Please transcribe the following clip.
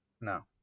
No